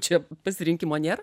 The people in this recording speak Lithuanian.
čia pasirinkimo nėra